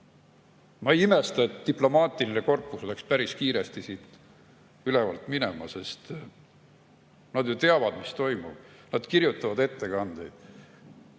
ei imesta, et diplomaatiline korpus läks päris kiiresti siit ülevalt minema, sest nad teavad, mis toimub. Nad kirjutavad ettekandeid.